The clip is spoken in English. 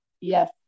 Yes